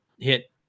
hit